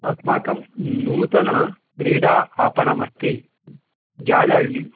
अस्माकं नूतनक्रीडा आपणमस्ति जालहळ्ळि